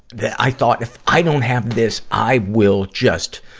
that i thought if i don't have this, i will just,